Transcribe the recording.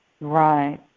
Right